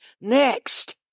next